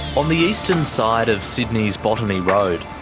on the eastern side of sydney's botany road,